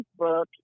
Facebook